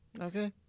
Okay